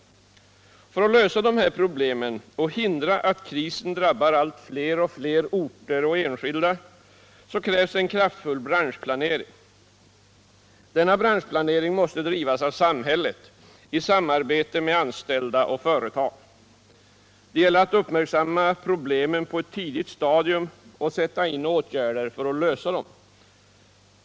För att lösa dessa problem, och hindra att krisen drabbar allt fler orter och enskilda, krävs en kraftfull branschplanering. Denna branschplanering måste drivas av samhället i samarbete med anställda och företagare. Det gäller att uppmärksamma problemen på ett tidigt stadium och sätta in åtgärder för att lösa dem.